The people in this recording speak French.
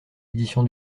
édition